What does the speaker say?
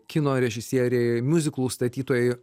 kino režisieriai miuziklų statytojai